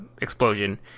explosion